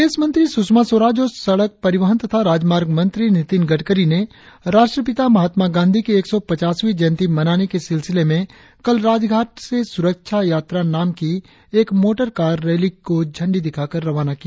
विदेशमंत्री सुषमा स्वराज और सड़क परिवहन तथा राजमार्ग मंत्री नितिन गडकरी ने राष्ट्रपिता महात्मा गांधी की एक सौ पचासवीं जयंती मनाने के सिलसिले में कल राजघाट से सुरक्षा यात्रा नाम की एक मोटरकार रैली को झंडी दिखाकर रवाना किया